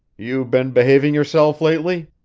you been behaving yourself lately?